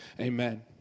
Amen